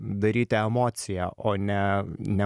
daryti emociją o ne ne